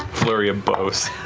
flurry of beaus.